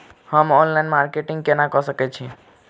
हम online marketing केना कऽ सकैत छी?